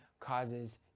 causes